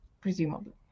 presumably